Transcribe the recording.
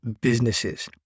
businesses